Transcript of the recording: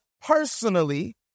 personally